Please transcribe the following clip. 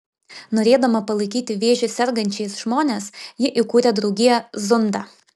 norėdama palaikyti vėžiu sergančiais žmones ji įkūrė draugiją zunda